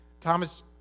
Thomas